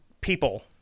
people